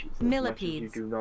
Millipedes